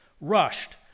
rushed